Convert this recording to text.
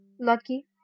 lucky